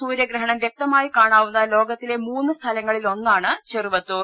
സൂര്യഗ്രഹണം വ്യക്തമായി കാണാവുന്ന ലോകത്തിലെ മൂന്ന് സ്ഥലങ്ങളിലൊ ന്നാണ് ചെറുവത്തൂർ